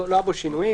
לא היו בו שינויים,